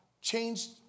changed